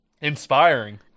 Inspiring